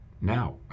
now